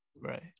Right